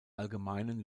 allgemeinen